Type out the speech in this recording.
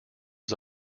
was